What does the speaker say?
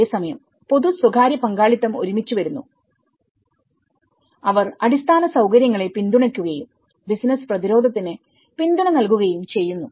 അതേസമയം പൊതു സ്വകാര്യ പങ്കാളിത്തം ഒരുമിച്ചുവരുന്നുഅവർ അടിസ്ഥാന സൌകര്യങ്ങളെ പിന്തുണയ്ക്കുകയും ബിസിനസ്സ് പ്രതിരോധത്തിന് പിന്തുണ നൽകുകയും ചെയ്യുന്നു